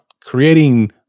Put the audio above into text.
creating